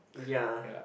ya